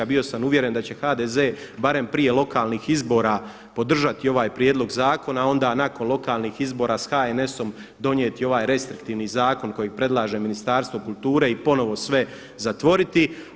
Bio sam uvjeren da će HDZ barem prije lokalnih izbora podržati ovaj prijedlog zakona, a onda nakon lokalnih izbora sa HNS-om donijeti ovaj restriktivni zakon kojeg predlaže Ministarstvo kulture i ponovo sve zatvoriti.